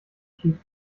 schlief